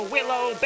Willow